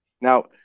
Now